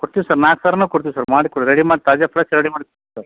ಕೊಡ್ತೀವಿ ಸರ್ ನಾಲ್ಕು ಸರನೂ ಕೊಡ್ತೀವಿ ಸರ್ ಮಾಡಿ ಕೊಡ್ ರೆಡಿ ಮಾಡಿ ತಾಜಾ ಫ್ರೆಶ್ ರೆಡಿ ಮಾಡಿ ಕೊಡ್ತೀವಿ ಸರ್